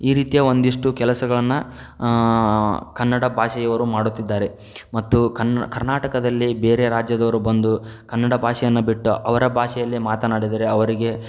ಈ ರೀತಿಯ ಒಂದಿಷ್ಟು ಕೆಲಸಗಳನ್ನು ಕನ್ನಡ ಭಾಷೆಯವರು ಮಾಡುತ್ತಿದ್ದಾರೆ ಮತ್ತು ಕನ್ನ ಕರ್ನಾಟಕದಲ್ಲಿ ಬೇರೆ ರಾಜ್ಯದವರು ಬಂದು ಕನ್ನಡ ಬಾಷೆಯನ್ನು ಬಿಟ್ಟು ಅವರ ಭಾಷೆಯಲ್ಲೇ ಮಾತನಾಡಿದರೆ ಅವರಿಗೆ